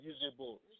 usable